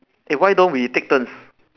eh why don't we take turns